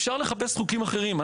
אפשר לחפש חוקים אחרים.